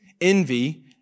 Envy